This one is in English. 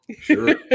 sure